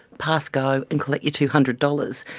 pass go and collect your two hundred dollars.